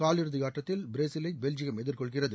காலிறுதி ஆட்டத்தில் பிரேசிலை பெல்ஜியம் எதிர்கொள்கிறது